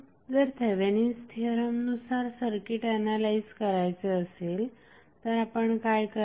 जर Thevenin's theorem नुसार circuit analyse करायचे असेल तर आपण काय कराल